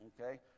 okay